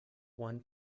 won